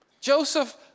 Joseph